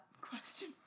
question